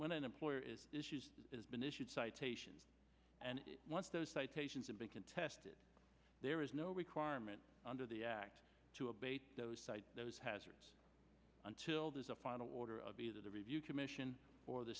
when an employer is issues has been issued citations and once those citations have been contested there is no requirement under the act to abate those hazards until there's a final order of either the review commission or the